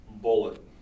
bullet